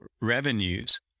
revenues